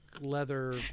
leather